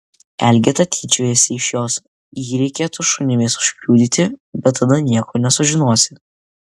elgeta tyčiojasi iš jos jį reikėtų šunimis užpjudyti bet tada nieko nesužinosi